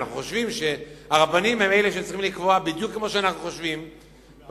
אנחנו חושבים שהרבנים הם אלה שצריכים לקבוע,